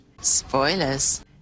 Spoilers